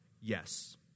Yes